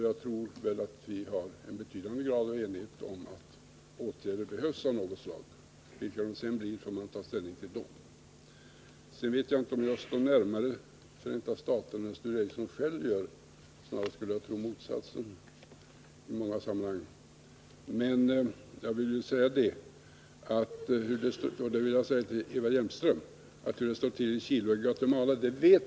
Jag tror att vi har en betydande grad av enighet om att åtgärder av något slag behövs. Vilka det sedan skall bli får vi ta ställning till då. Sedan vet jag inte om jag står närmare Förenta staterna än Sture Ericson — snarare skulle jag tro motsatsen i många sammanhang. Jag vill säga till Eva Hjelmström att hur det står till i Chile och Guatemala vet vi.